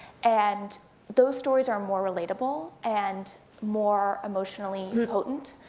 and those stories are more relatable, and more emotionally and potent,